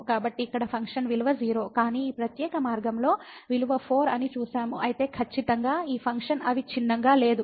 కాబట్టి ఇక్కడ ఫంక్షన్ విలువ 0 కానీ ఈ ప్రత్యేక మార్గంలో విలువ 4 అని చూశాము అయితే ఖచ్చితంగా ఈ ఫంక్షన్ అవిచ్ఛిన్నంగా లేదు